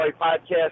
Podcast